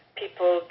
people